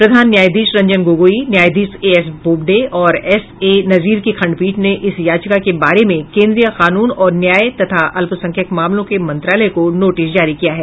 प्रधान न्यायाधीश रंजन गोगोई न्यायधीश S A Bobde और एस ए नजीर की खंडपीठ ने इस याचिका के बारे में केंद्रीय कानून और न्याय तथा अल्पसंख्यक मामलों के मंत्रालय को नोटिस जारी किया है